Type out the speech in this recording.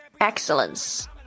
Excellence